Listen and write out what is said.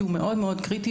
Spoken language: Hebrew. שהוא מאוד קריטי,